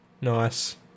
Nice